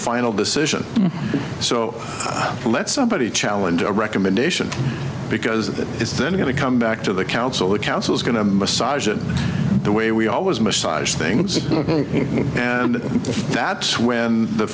final decision so let somebody challenge a recommendation because that is then going to come back to the council the council is going to massage it the way we always massage things and that's when the